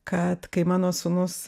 kad kai mano sūnus